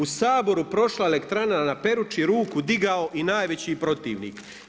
U Saboru prošla elektrana na Perući, ruku digao i najveći protivnik“